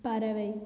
பறவை